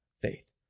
faith